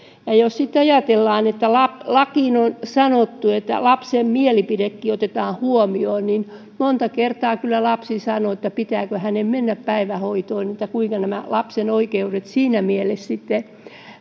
jos sitten ajatellaan että laissa on sanottu että lapsenkin mielipide otetaan huomioon niin monta kertaa kyllä lapsi sanoo että pitääkö hänen mennä päivähoitoon että kuinka nämä lapsen oikeudet siinä mielessä sitten